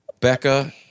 Becca